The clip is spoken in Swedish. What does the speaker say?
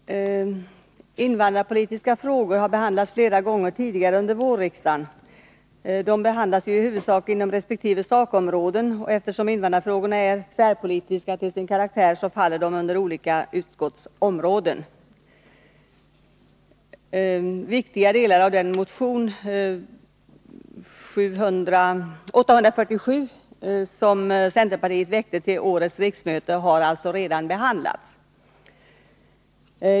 Herr talman! Invandrarpolitiska frågor har behandlats flera gånger tidigare under vårriksdagen. De behandlas ju i huvudsak inom resp. sakområden, och eftersom invandrarfrågorna till sin karaktär är tvärpolitiska faller de under olika utskotts områden. Viktiga delar av den motion, 847, som centerpartiet väckte till årets riksmöte har alltså redan behandlats.